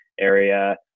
area